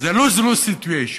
שזה lose-lose situation,